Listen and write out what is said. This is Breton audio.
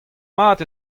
mat